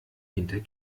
hinter